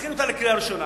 נכין אותה לקריאה ראשונה,